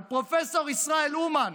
על פרופ' ישראל אומן,